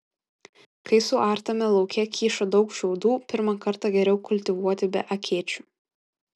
kai suartame lauke kyšo daug šiaudų pirmą kartą geriau kultivuoti be akėčių